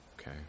Okay